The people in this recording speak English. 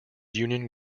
union